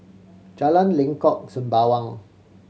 Jalan Lengkok Sembawang